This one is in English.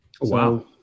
Wow